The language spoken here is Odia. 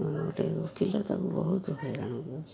ମ ଗୋଟେ ପିଲା ତାକୁ ବହୁତ ହଇରାଣ କରେ